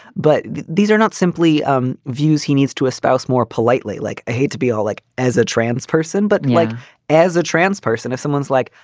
but these are not simply um views he needs to espouse more politely. like i hate to be all like as a trans person, but like as a trans person, if someone's like,